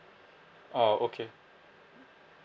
oh okay